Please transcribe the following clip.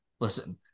Listen